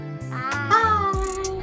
bye